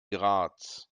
graz